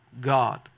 God